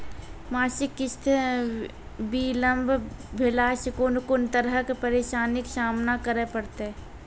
मासिक किस्त बिलम्ब भेलासॅ कून कून तरहक परेशानीक सामना करे परतै?